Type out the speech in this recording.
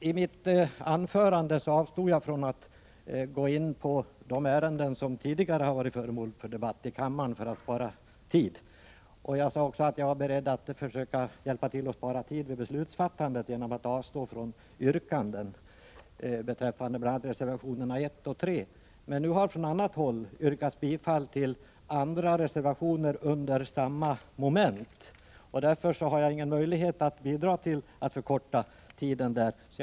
I mitt anförande avstod jag från att gå in på de ärenden som tidigare har varit föremål för debatt i kammaren, för att spara tid. Jag sade också att jag var beredd att försöka hjälpa till att spara tid vid beslutsfattandet genom att avstå från yrkanden beträffande bl.a. reservationerna 1 och 3. Nu har emellertid från annat håll yrkats bifall till andra reservationer under samma moment, och därför har jag ingen möjlighet att bidra till tidsbesparingen i detta avseende.